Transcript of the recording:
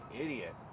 idiot